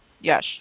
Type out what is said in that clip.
Yes